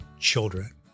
children